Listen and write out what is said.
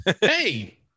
Hey